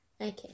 Okay